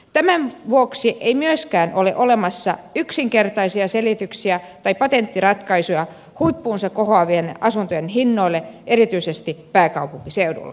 tämän vuoksi ei myöskään ole olemassa yksinkertaisia selityksiä tai patenttiratkaisuja huippuunsa kohoaville asuntojen hinnoille erityisesti pääkaupunkiseudulla